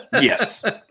Yes